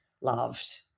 loved